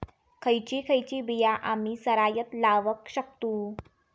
खयची खयची बिया आम्ही सरायत लावक शकतु?